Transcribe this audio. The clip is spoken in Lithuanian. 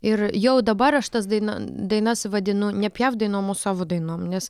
ir jau dabar aš tas daina dainas vadinu ne piaf dainom o savo dainom nes